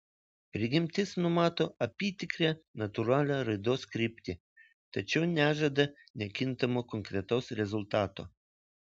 prigimtis numato apytikrę natūralią raidos kryptį tačiau nežada nekintamo konkretaus rezultato